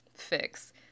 fix